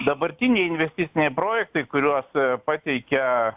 dabartiniai investiciniai projektai kuriuos pateikia